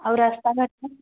ଆଉ ରାସ୍ତାଘାଟ